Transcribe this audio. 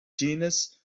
genus